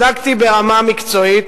בדקתי ברמה מקצועית